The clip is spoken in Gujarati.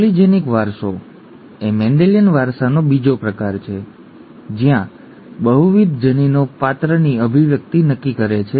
પોલિજેનિક વારસો એ મેન્ડેલિયન વારસાનો બીજો પ્રકાર છે જ્યાં બહુવિધ જનીનો પાત્રની અભિવ્યક્તિ નક્કી કરે છે